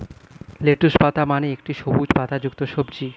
lettuce পাতা মানে একটি সবুজ পাতাযুক্ত সবজি